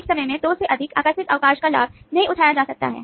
एक समय में 2 से अधिक आकस्मिक अवकाश का लाभ नहीं उठाया जा सकता है